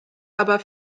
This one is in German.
aber